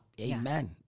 Amen